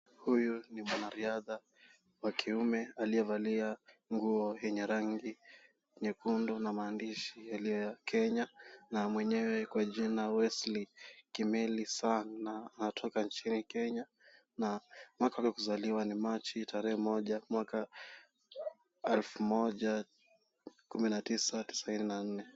Huyu ni mwanariadha wa kiume aliyevalia nguo yenye rangi nyekundu na maandishi yaliyo ya Kenya na mweyewe kwa jina Wesley Kimeli Sang' Na anatoka nchini Kenya na mwaka wa kuzaliwa ni Machi tarehe moja elfu moja kumi na tisa tisini na nne.